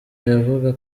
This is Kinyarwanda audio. yavuga